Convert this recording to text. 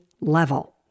level